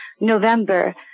November